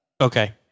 Okay